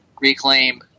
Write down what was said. Reclaim